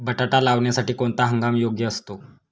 बटाटा लावण्यासाठी कोणता हंगाम योग्य असतो?